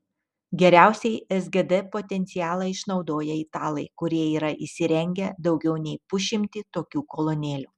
geriausiai sgd potencialą išnaudoja italai kurie yra įsirengę daugiau nei pusšimtį tokių kolonėlių